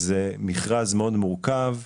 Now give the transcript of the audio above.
זה מכרז מאוד מורכב,